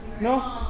no